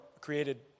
created